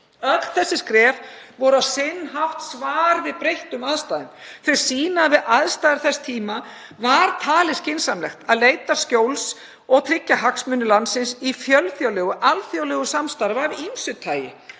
Öll þessi skref voru á sinn hátt svar við breyttum aðstæðum. Þau sýna að við aðstæður þess tíma var talið skynsamlegast að leita skjóls og tryggja hagsmuni landsins í fjölþjóðlegu, alþjóðlegu samstarfi af ýmsu tagi.